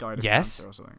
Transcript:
Yes